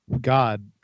God